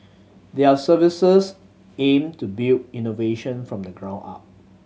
their services aim to build innovation from the ground up